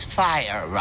fire